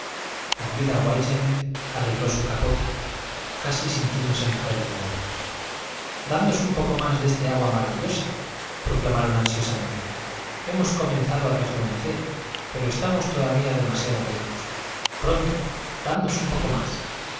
la viuda wycherly arregló su capota casi sintiéndose mujer de nuevo dadnos un poco más de esta agua maravillosa exclamaron ansiosamente hemos comenzado a rejuvenecer pero estamos todavía demasiado viejos pronto dadnos un poco más